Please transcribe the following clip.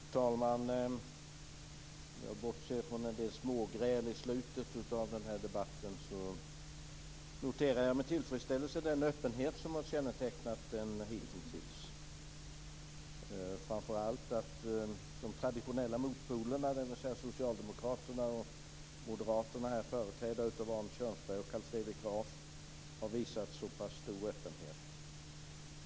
Fru talman! Om jag bortser från en del smågräl i slutet av den här debatten så noterar jag med tillfredsställelse den öppenhet som hittills har kännetecknat den. Framför allt noterar jag att de traditionella motpolerna Socialdemokraterna och Moderaterna, här företrädda av Arne Kjörnsberg och Carl Fredrik Graf, har visat en så pass stor öppenhet.